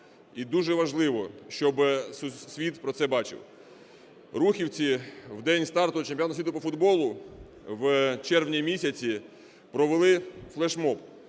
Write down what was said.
І дуже важливо, щоб світ про це бачив. Рухівці в день старту Чемпіонату світу по футболу в червні місяці провели флешмоб